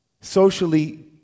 socially